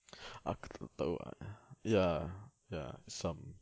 aku pun tak tahu ah ya ya some